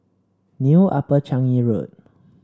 New Upper Changi Road